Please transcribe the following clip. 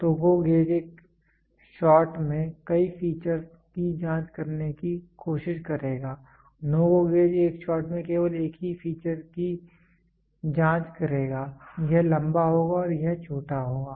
तो GO gauge एक shot में कई फीचरस् की जांच करने की कोशिश करेगा NO GO गेज एक शॉट में केवल एक ही फीचर की जांच करेगा यह लंबा होगा और यह छोटा होगा